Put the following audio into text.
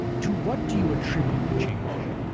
to what do you attribute the change?